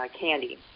candy